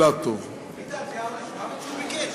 התשע"ו 2016,